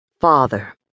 Father